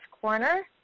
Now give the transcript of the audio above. corner